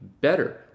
better